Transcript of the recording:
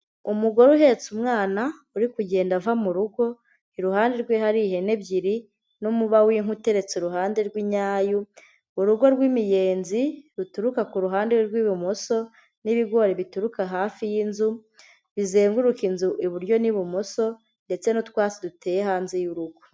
Umugore uhetse umwana uri kugenda ava mu rugo, iruhande rwe hari ihene ebyiri n'umuba w'inkwi uteretse iruhande rw'inyayu, urugo rw'imiyenzi ruturuka ku ruhande rw'ibumoso n'ibigori bituruka hafi y'inzu, bizenguruka inzu iburyo n'ibumoso ndetse n'utwatsi duteye hanze y'urugo.